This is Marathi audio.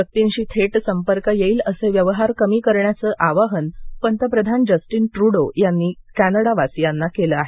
व्यक्तींशी थेट संपर्क येईल असे व्यवहार कमी करण्याचं आवाहन पंतप्रधान जस्टीन त्रूडो यांनी कॅनडावासीयांना केलं आहे